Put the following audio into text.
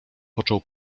począł